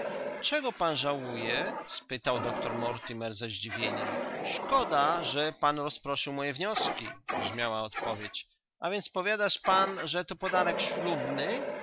czego pan żałuje spytał doktor mortimer ze zdziwieniem szkoda że pan rozproszył moje wnioski brzmiała odpowiedź a więc powiadasz pan że to podarek ślubny